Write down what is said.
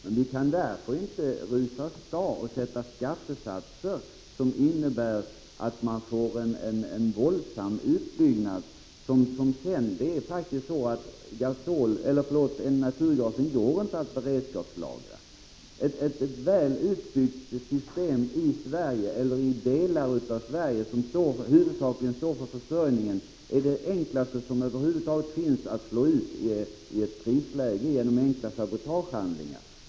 Men vi kan inte rusa åstad och sätta skattesatser som innebär att man får en våldsam utbyggnad. Det är faktiskt så att man inte kan beredskapslagra naturgas. Ett väl utbyggt system i Sverige eller i delar av Sverige, som huvudsakligen står för försörjningen, är det enklaste som över huvud taget finns att slås ut i ett krisläge genom sabotagehandlingar.